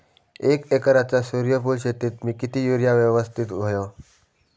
एक एकरच्या सूर्यफुल शेतीत मी किती युरिया यवस्तित व्हयो?